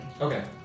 Okay